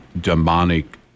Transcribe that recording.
demonic